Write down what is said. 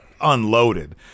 unloaded